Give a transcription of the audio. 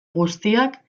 guztiak